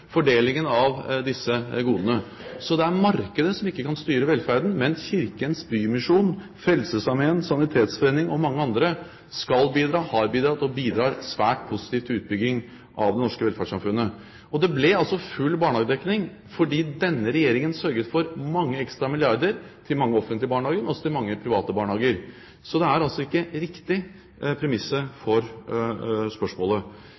fordelingen av disse godene. Det er markedet som ikke kan styre velferden, men Kirkens Bymisjon, Frelsesarmeen, Sanitetsforeningen og mange andre skal bidra, har bidratt og bidrar svært positivt i utbyggingen av det norske velferdssamfunnet. Det ble full barnehagedekning fordi denne regjeringen sørget for mange ekstra milliarder til offentlige barnehager og også til mange private barnehager. Så premisset for spørsmålet er altså ikke riktig.